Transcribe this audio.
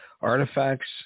artifacts